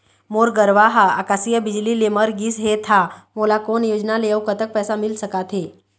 मोर गरवा हा आकसीय बिजली ले मर गिस हे था मोला कोन योजना ले अऊ कतक पैसा मिल सका थे?